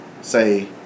say